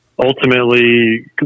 Ultimately